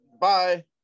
bye